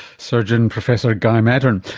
surgeon, professor guy maddern.